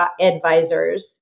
advisors